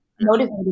motivated